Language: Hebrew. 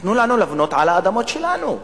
תנו לנו לבנות על האדמות שלנו.